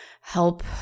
help